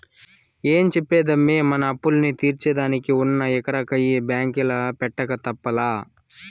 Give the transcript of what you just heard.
ఏం చెప్పేదమ్మీ, మన అప్పుల్ని తీర్సేదానికి ఉన్న ఎకరా కయ్య బాంకీల పెట్టక తప్పలా